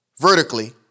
vertically